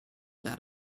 that